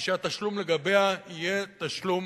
ושהתשלום לגביה יהיה תשלום